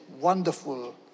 wonderful